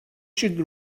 should